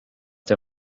der